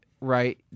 right